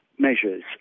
measures